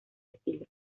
estilo